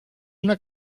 una